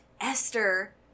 Esther